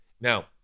Now